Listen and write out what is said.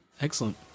Excellent